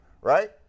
right